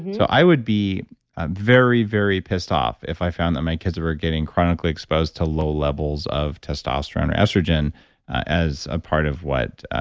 so i would be very, very pissed off if i found that my kids were getting chronically exposed to low levels of testosterone or estrogen as a part of what,